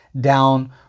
down